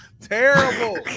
Terrible